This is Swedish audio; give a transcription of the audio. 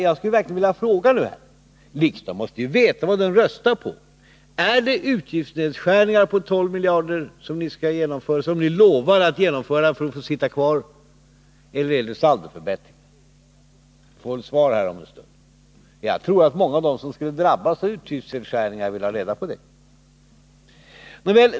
Jag skulle därför vilja fråga, för riksdagen måste ju veta vad den röstar på: Är det utgiftsnedskärningar på 12 miljarder, som ni lovar att genomföra för att få sitta kvar i regeringsställning, eller är det saldoförbättringar? Jag skulle vilja ha ett svar på det. Jag tror att många av dem som skulle drabbas av utgiftsnedskärningar vill ha reda på det.